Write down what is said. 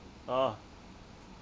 ah